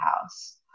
house